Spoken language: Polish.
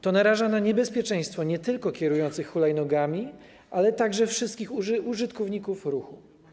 To naraża na niebezpieczeństwo nie tylko kierujących hulajnogami, ale także wszystkich uczestników ruchu.